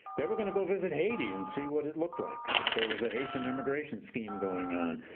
they were going to go visit haiti and see what it looked like. there was a haitian immigration scheme going on,